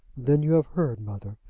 then you have heard, mother.